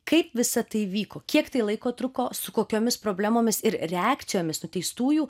kaip visa tai vyko kiek tai laiko truko su kokiomis problemomis ir reakcijomis teistųjų